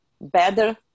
better